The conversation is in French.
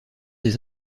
des